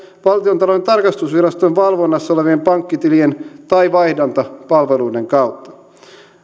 valtiontalouden tarkastusviraston valvonnassa olevien pankkitilien tai vaihdantapalveluiden kautta